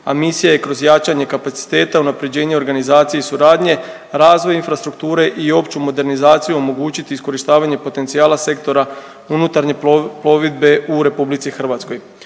a misija je kroz jačanje kapaciteta unapređenja organizacije i suradnje, razvoj infrastrukture i opću modernizaciju omogućiti iskorištavanje potencijala sektora unutarnje plovidbe u RH.